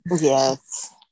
Yes